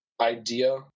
idea